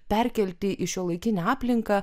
perkelti į šiuolaikinę aplinką